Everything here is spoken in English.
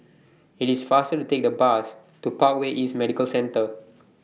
IT IS faster to Take The Bus to Parkway East Medical Centre